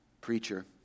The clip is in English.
preacher